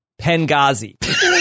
pengazi